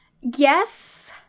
Yes